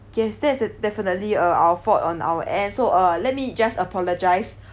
yes that's definitely uh our fault on our end so uh let me just apologise